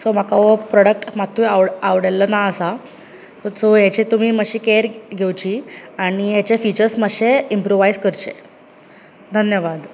so म्हाका हो product मात्तूय आव आवडल्लो ना आसा सो हेची तुमी मात्शी केर घेवची आनी हेचे फिचर्स मात्शे इमप्रुवायज करचे धन्यवाद